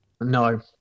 No